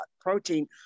protein